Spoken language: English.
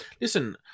listen